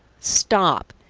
stop!